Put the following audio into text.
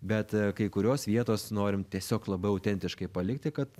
bet kai kurios vietos norim tiesiog labiau autentiškai palikti kad